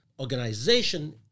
organization